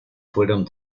fueron